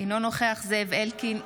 אינה נוכחת זאב אלקין,